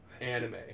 anime